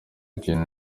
kintu